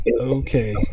okay